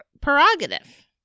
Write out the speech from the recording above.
prerogative